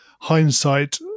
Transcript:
hindsight